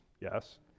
yes